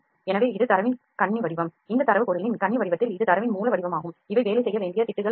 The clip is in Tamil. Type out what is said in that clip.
எனவே இது தரவின் கண்ணி வடிவம் இந்த தரவு பொருளின் கண்ணி வடிவத்தில் இது தரவின் மூல வடிவமாகும் இவை வேலை செய்ய வேண்டிய திட்டுகள் ஆகும்